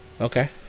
okay